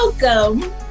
Welcome